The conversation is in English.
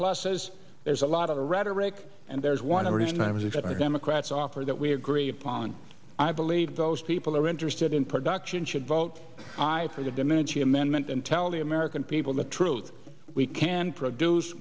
pluses there's a lot of the rhetoric and there's one reason times that i democrats offer that we agree upon i believe those people are interested in production should vote for the dementia amendment and tell the american people the truth we can produce